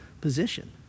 position